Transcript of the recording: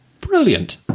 Brilliant